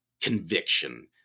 conviction